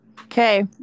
Okay